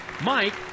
Mike